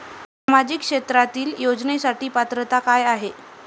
सामाजिक क्षेत्रांतील योजनेसाठी पात्रता काय आहे?